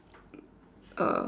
uh